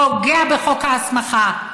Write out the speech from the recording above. פוגע בחוק ההסמכה,